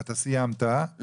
אתה סיימת,